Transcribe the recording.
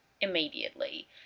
immediately